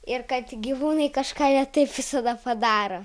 ir kad gyvūnai kažką ne taip visada padaro